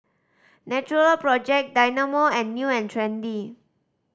Natural Project Dynamo and New and Trendy